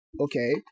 okay